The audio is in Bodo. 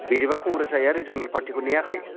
बिदिबा कंग्रेसा रिजोनेल पार्टिखौ नेयाखै